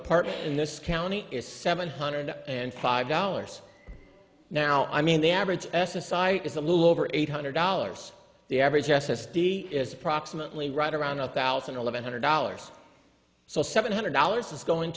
apartment in this county is seven hundred and five dollars now i mean the average s s i is a little over eight hundred dollars the average is approximately right around two thousand eleven hundred dollars so seven hundred dollars is going